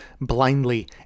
blindly